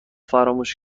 فراموش